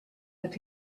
that